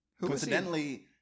coincidentally